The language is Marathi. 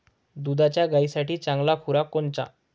दुधाच्या गायीसाठी चांगला खुराक कोनचा?